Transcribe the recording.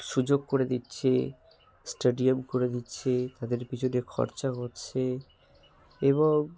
সুযোগ করে দিচ্ছে স্টেডিয়াম করে দিচ্ছে তাদের পিছনে খরচা করছে এবং